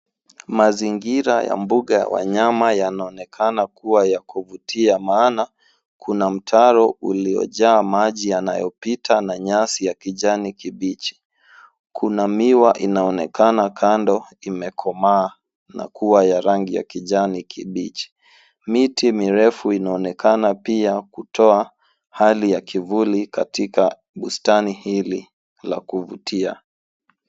Mazingira ya mbuga ya wanyama yanaonekana kuwa ya kuvutia maana kuna mtaro uliojaa maji yanayopita na nyasi ya kijani kibichi. Kuna miwa inaonekana kando imekomaa na kuwa ya rangi ya kijani kibichi. Miti mirefu inaonekana pia kutoa hali ya kivuli katika bustani hili la kuvutia.